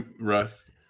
Russ